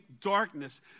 darkness